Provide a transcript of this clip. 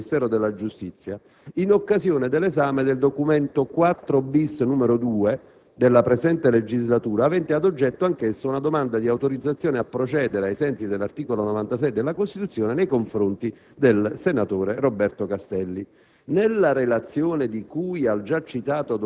con particolare riferimento, tra l'altro, proprio al Ministero della giustizia, in occasione dell'esame del documento IV-*bis*, n. 2, della presente legislatura, avente ad oggetto anch'esso una domanda di autorizzazione a procedere ai sensi dell'articolo 96 della Costituzione nei confronti del senatore Roberto Castelli.